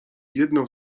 jedną